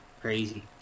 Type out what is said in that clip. crazy